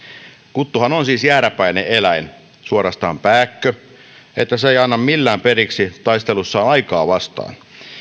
kuttuhan on siis jääräpäinen eläin suorastaan pääkkö eikä se anna millään periksi taistelussaan aikaa vastaan